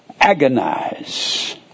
agonize